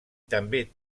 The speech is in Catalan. també